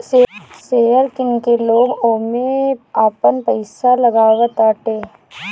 share किन के लोग ओमे आपन पईसा लगावताटे